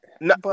No